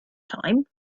time